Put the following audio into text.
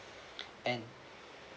and